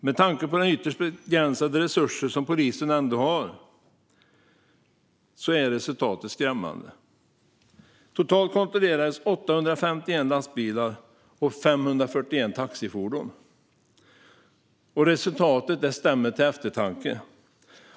Med tanke på de ytterst begränsade resurser polisen ändå har är resultatet skrämmande. Totalt kontrollerades 851 lastbilar och 541 taxifordon. Resultatet stämmer till eftertanke.